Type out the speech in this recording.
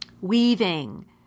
weaving